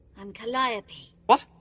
i'm calliope. what?